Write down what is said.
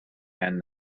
and